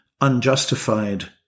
unjustified